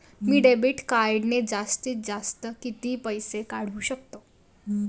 मी debit कार्डने जास्तीत जास्त किती पैसे काढू शकतो?